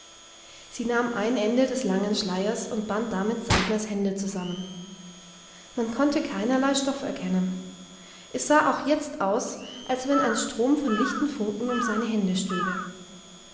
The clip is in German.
sie nahm ein ende des langen schleiers und band damit saltners hände zusammen man konnte keinerlei stoff erkennen es sah auch jetzt aus als wenn ein strom vom lichten funken um seine hände